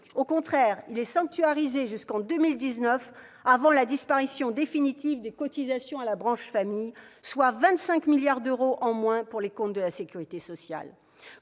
Au contraire, il est sanctuarisé jusqu'en 2019 avant la disparition définitive des cotisations à la branche famille, soit 25 milliards d'euros en moins pour les comptes de la sécurité sociale.